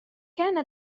كان